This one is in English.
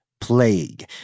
plague